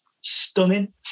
stunning